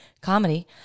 comedy